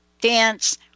dance